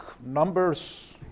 numbers